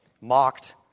mocked